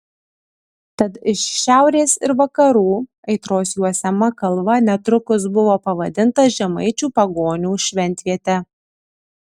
tad iš šiaurės ir vakarų aitros juosiama kalva netrukus buvo pavadinta žemaičių pagonių šventviete